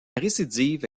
récidive